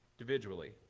individually